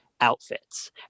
outfits